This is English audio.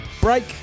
break